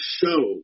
show